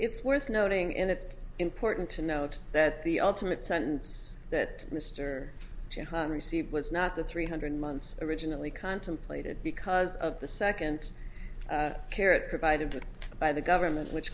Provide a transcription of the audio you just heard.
it's worth noting and it's important to note that the ultimate sentence that mr chen received was not the three hundred months originally contemplated because of the second carriage provided by the government which